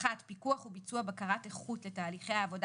פיקוח וביצוע בקרת איכות לתהליכי העבודה